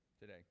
today